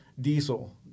diesel